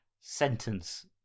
sentence